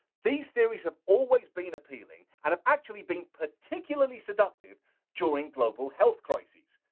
these theories have always been appealing, and have actually been particularly seductive during global health crises.